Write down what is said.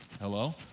Hello